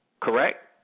correct